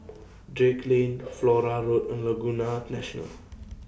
Drake Lane Flora Road and Laguna National